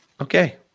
okay